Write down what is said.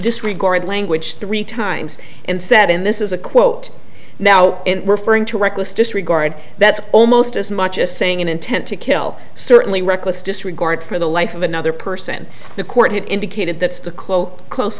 disregard language three times and said in this is a quote now referring to reckless disregard that's almost as much as saying an intent to kill certainly reckless disregard for the life of another person the court indicated that's to close